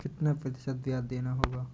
कितना प्रतिशत ब्याज देना होगा?